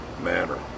manner